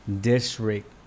district